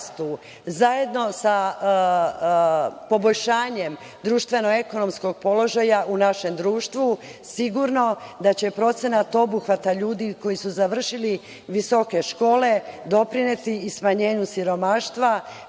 rastu. Zajedno sa poboljšanjem društveno ekonomskog položaja u našem društvu sigurno da će procenat obuhvata ljudi koji su završili visoke škole doprineti i smanjenju siromaštva